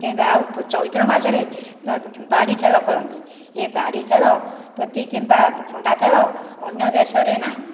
କେଇଁବା ଆଉ ଚୈତ୍ର ମାସରେ ବାଡ଼ି ଖେଳ କରନ୍ତି ଏ ବାଡ଼ି ଖେଳ କିମ୍ବା ଖଣ୍ଡା ଖେଳ ଅନ୍ୟ ଦେଶରେ ନାହିଁ